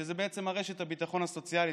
שזה בעצם רשת הביטחון הסוציאלי,